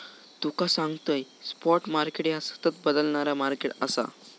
तुका सांगतंय, spot market ह्या सतत बदलणारा मार्केट आसा